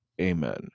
amen